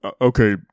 okay